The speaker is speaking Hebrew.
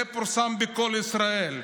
זה פורסם בקול ישראל.